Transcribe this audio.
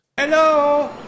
Hello